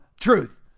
Truth